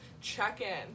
check-in